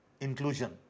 inclusion